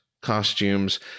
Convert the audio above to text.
costumes